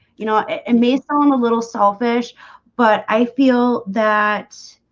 you know, it may snow i'm a little selfish but i feel that